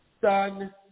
sun